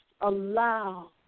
allow